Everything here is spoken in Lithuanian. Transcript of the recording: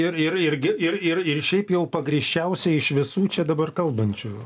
ir ir irgi ir ir ir šiaip jau pagrįsčiausiai iš visų čia dabar kalbančių